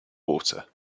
water